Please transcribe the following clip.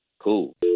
Cool